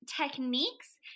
techniques